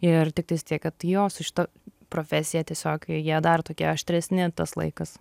ir tiktais tiek kad jo su šita profesija tiesiog jie dar tokie aštresni tas laikas